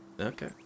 Okay